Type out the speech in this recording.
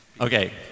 Okay